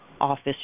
office